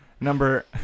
Number